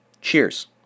Cheers